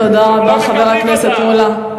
תודה רבה, חבר הכנסת מולה.